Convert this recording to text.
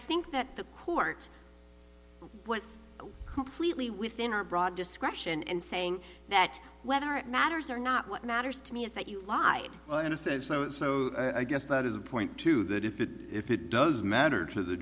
think that the court i was completely within our broad discretion in saying that whether it matters or not what matters to me is that you lied i understand so and so i guess that is a point to that if it if it does matter to the